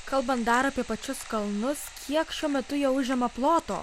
kalbant dar apie pačius kalnus kiek šiuo metu jie užima ploto